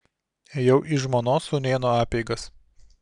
ėjau į žmonos sūnėno apeigas